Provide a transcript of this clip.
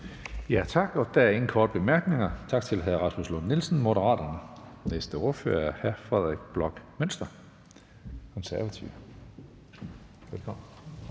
Hønge): Der er ingen korte bemærkninger, så tak til hr. Rasmus Lund-Nielsen, Moderaterne. Næste ordfører er hr. Frederik Bloch Münster, Det Konservative Folkeparti.